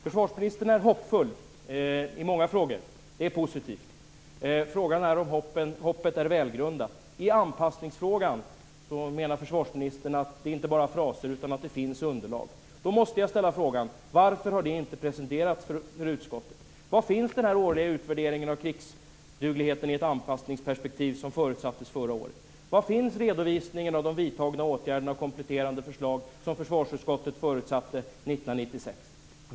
Försvarsministern är hoppfull i många frågor. Det är positivt. Frågan är om hoppet är välgrundat. Beträffande anpassningsfrågan säger försvarsministern att det inte bara är fraser, utan att det finns underlag. Då måste jag ställa frågan: Varför har detta inte presenterats för utskottet? Var finns den årliga utvärderingen av krigsdugligheten i ett anpassningsperspektiv som förutsattes förra året? Var finns redovisningen av de vidtagna åtgärderna och kompletterande förslag som försvarsutskottet förutsatte 1996?